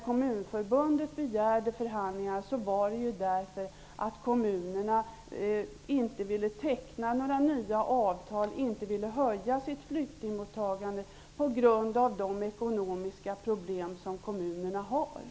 Kommunförbundet begärde förhandlingar därför att kommunerna på grund av sina ekonomiska problem inte ville teckna några nya avtal och inte ville öka sitt flyktingmottagande.